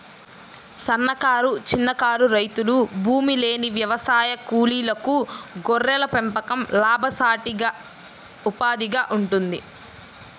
సన్నకారు, చిన్నకారు రైతులు, భూమిలేని వ్యవసాయ కూలీలకు గొర్రెల పెంపకం లాభసాటి ఉపాధిగా ఉంటుంది